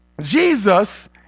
Jesus